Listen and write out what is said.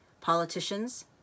politicians